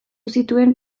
zituen